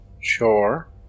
Sure